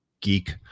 geek